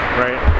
right